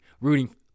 rooting